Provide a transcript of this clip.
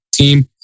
team